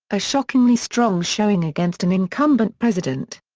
a shockingly strong showing against an incumbent president.